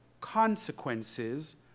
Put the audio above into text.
Consequences